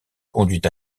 conduit